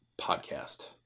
Podcast